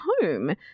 home